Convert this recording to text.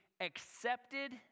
accepted